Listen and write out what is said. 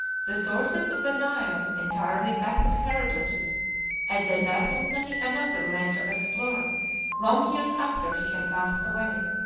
the sources of the nile entirely baffled herodotus as they baffled many another later explorer long years after he had passed away.